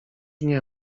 nie